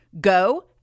Go